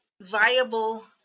viable